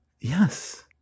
Yes